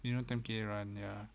you know ten K_M run ya